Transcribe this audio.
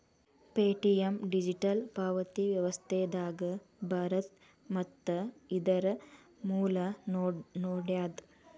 Paytm digital ಪಾವತಿ ವ್ಯವಸ್ಥೆದಾಗ ಬರತ್ತ ಮತ್ತ ಇದರ್ ಮೂಲ ನೋಯ್ಡಾ